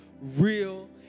real